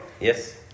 Yes